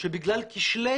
שבגלל כשלי